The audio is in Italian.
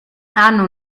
hanno